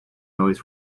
noise